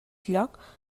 lloc